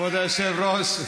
כבוד השר,